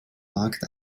markt